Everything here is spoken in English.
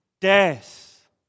death